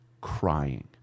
crying